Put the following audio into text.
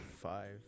five